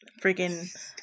freaking